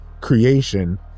creation